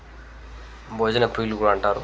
భోజనప్రియలు కూడా అంటారు